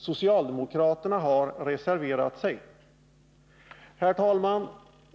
Socialdemokraterna har reserverat sig. Herr talman!